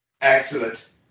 Excellent